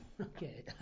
Okay